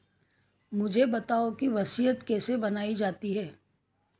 मुझे बताओ कि वसीयत कैसे बनाई जाती है